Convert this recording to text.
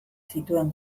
zituen